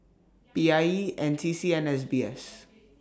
P I E N C C and S B S